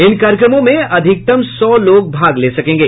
इन कार्यक्रमों में अधिकतम सौ लोग भाग ले सकेंगे